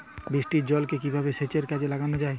বৃষ্টির জলকে কিভাবে সেচের কাজে লাগানো য়ায়?